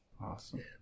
Awesome